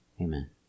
Amen